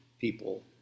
people